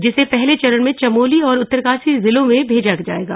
जिसे पहले चरण में चमोली और उत्तरकाशी जिलों में भेजा जायेगा